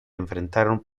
enfrentaron